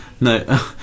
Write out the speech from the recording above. no